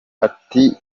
ati